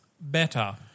better